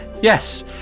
Yes